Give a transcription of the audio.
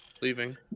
leaving